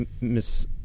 miss